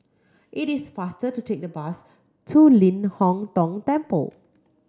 it is faster to take the bus to Ling Hong Tong Temple